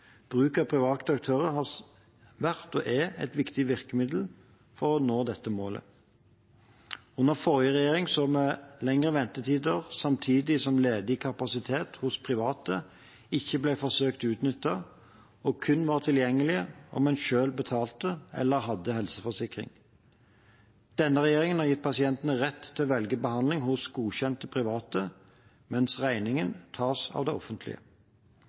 Bruk av private aktører har vært og er et viktig virkemiddel for å nå dette målet. Under forrige regjering så vi lengre ventetider, samtidig som ledig kapasitet hos private ikke ble forsøkt utnyttet og kun var tilgjengelig om man selv betalte eller hadde helseforsikring. Denne regjeringen har gitt pasientene rett til å velge behandling hos godkjente private, mens regningen tas av det offentlige.